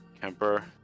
Kemper